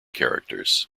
characters